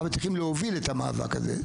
אבל צריכות להוביל את המאבק הזה.